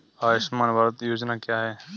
आयुष्मान भारत योजना क्या है?